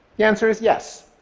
the answer is yes.